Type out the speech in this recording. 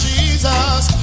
Jesus